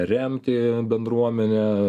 remti bendruomenę